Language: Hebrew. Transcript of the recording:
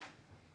אז תתקדם.